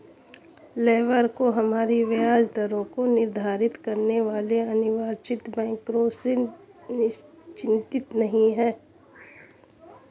labour को हमारी ब्याज दरों को निर्धारित करने वाले अनिर्वाचित बैंकरों से चिंतित नहीं है